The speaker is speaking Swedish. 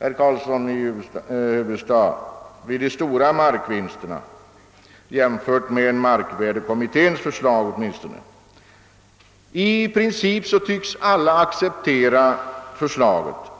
herr Karlsson i Huddinge, i fråga om de stora markvinsterna, åtminstone i jämförelse med markvärdekommitténs förslag. I princip tycks alla acceptera förslaget.